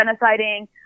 genociding